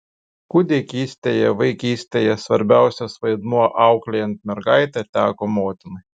kūdikystėje vaikystėje svarbiausias vaidmuo auklėjant mergaitę teko motinai